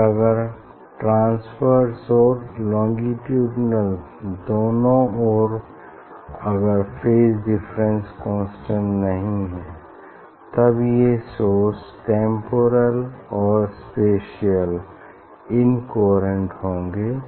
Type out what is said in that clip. और अगर ट्रांस्वर्स और लोंगीट्यूडिनल दोनों और अगर फेज डिफरेंस कांस्टेंट नहीं है तब ये सोर्स टेम्पोरल और स्पेसिअल इनकोहेरेंट होंगे